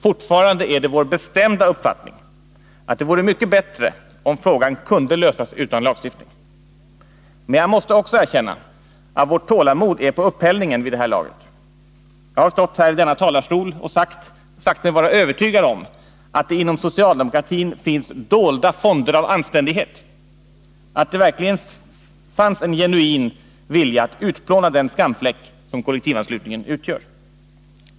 Fortfarande är det vår bestämda uppfattning att det vore mycket bättre om frågan kunde lösas utan lagstiftning. Men jag måste också erkänna att vårt tålamod är på upphällningen vid det här laget. Jag har stått i denna talarstol och sagt mig vara övertygad om att det inom det socialdemokratiska partiet finns dolda fonder av anständighet, att det finns en genuin vilja att utplåna den skamfläck som kollektivanslutningen utgör.